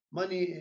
money